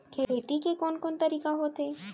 खेती के कोन कोन तरीका होथे?